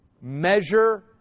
measure